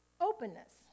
openness